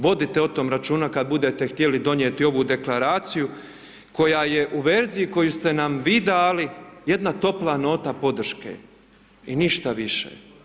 Vodite o tom računa kad budete htjeli donijeti ovu Deklaraciju koja je u vezi koju ste nam vi dali jedna topla nota podrške i ništa više.